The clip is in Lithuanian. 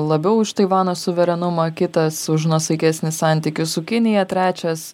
labiau iš taivano suverenumą kitas už nuosaikesnį santykį su kinija trečias